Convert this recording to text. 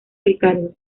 ricardo